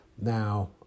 Now